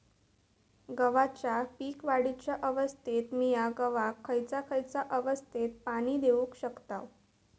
गव्हाच्या पीक वाढीच्या अवस्थेत मिया गव्हाक खैयचा खैयचा अवस्थेत पाणी देउक शकताव?